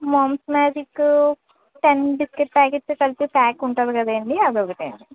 moms మ్యాజిక్కూ ten biscuit packets కలిపి pack ఉంటుంది కదండీ అదొకటండి